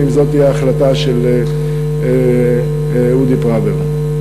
אם זו תהיה ההחלטה של אודי פראוור.